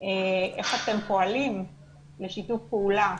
איך אתם פועלים לשיתוף פעולה